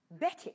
Betty